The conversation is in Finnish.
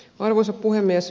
arvoisa puhemies